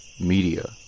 Media